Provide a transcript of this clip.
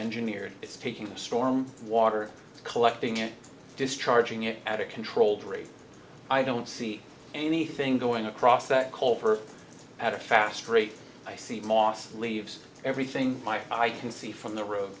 engineered it's taking the storm water collecting it discharging it at a controlled rate i don't see anything going across that call for at a fast rate i see moss leaves everything i can see from the ro